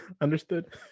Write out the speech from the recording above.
Understood